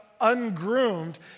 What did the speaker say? ungroomed